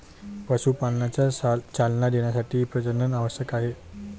पशुपालनाला चालना देण्यासाठी प्रजनन आवश्यक आहे